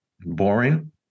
boring